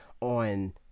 on